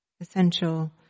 essential